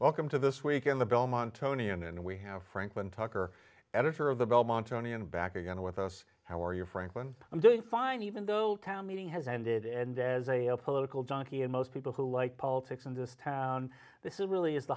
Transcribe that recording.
welcome to this week in the belmont tony and we have franklin tucker editor of the belmont tony and back again with us how are you franklin i'm doing fine even though town meeting has ended and as a political junkie and most people who like politics in this town this is really is the